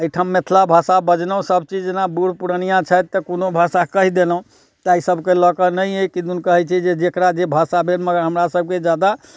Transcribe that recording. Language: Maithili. एहिठाम मैथिल भाषा बजलहुँ सब चीज जेना बूढ़ पुरनियाँ छथि तऽ कोनो भाषा कहि देलहुँ ताहि सबके लऽ कऽ नहि अइ किदुन कहैत छै जे जेकरा जे भाषा भेल मगर हमरा सबके जादा